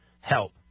help